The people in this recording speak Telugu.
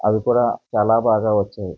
అవి కూడా చాలా బాగా వచ్చాయి